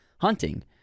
hunting